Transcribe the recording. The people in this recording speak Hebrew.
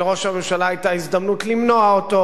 שלראש הממשלה היתה הזדמנות למנוע אותו.